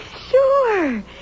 sure